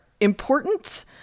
important